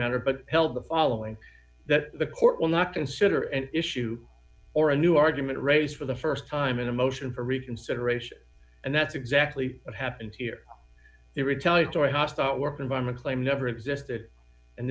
matter but held the following that the court will not consider an issue or a new argument raised for the st time in a motion for reconsideration and that's exactly what happened here the retaliatory hostile work environment claim never existed and